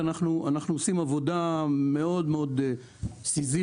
אנחנו מדברים על שלושה מועדים של תיאוריה,